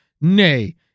nay